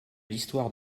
l’histoire